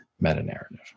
meta-narrative